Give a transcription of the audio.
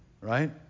Right